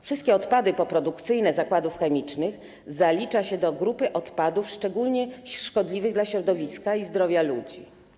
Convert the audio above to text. Wszystkie odpady poprodukcyjne zakładów chemicznych zalicza się do grupy odpadów szczególnie szkodliwych dla środowiska i zdrowia ludzi.